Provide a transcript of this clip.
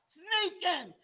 sneaking